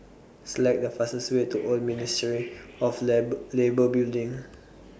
Select The fastest Way to Old Ministry of Labour Building